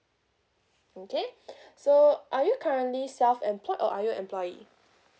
okay so are you currently self employed or are you employee